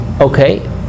Okay